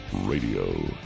Radio